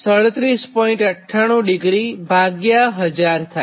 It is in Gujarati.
98°1000 થાય